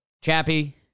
Chappie